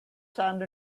sand